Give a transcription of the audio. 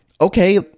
okay